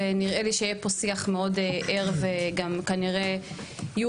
ונראה לי שיהיה פה שיח מאוד ער וכנראה יהיו